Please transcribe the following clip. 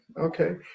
okay